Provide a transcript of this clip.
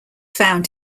found